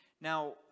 Now